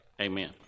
amen